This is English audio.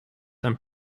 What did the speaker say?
and